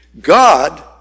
God